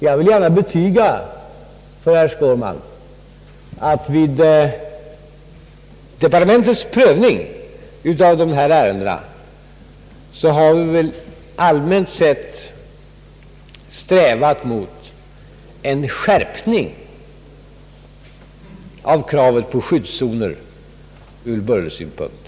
Jag vill gärna betyga för herr Skårman att vi vid departementets prövning av ärendena allmänt sett har strävat mot en skärpning av kravet på skyddszoner ur bullersynpunkt.